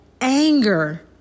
anger